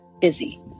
busy